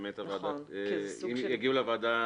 ואם יגיעו לוועדה